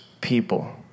people